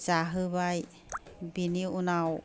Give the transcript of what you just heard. जाहोबाय बेनि उनाव